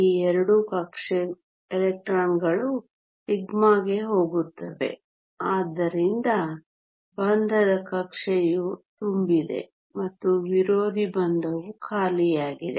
ಈ ಎರಡೂ ಎಲೆಕ್ಟ್ರಾನ್ಗಳು σ ಗೆ ಹೋಗುತ್ತವೆ ಆದ್ದರಿಂದ ಬಂಧದ ಕಕ್ಷೆಯು ತುಂಬಿದೆ ಮತ್ತು ವಿರೋಧಿ ಬಂಧವು ಖಾಲಿಯಾಗಿದೆ